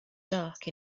dark